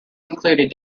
included